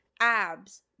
abs